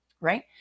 Right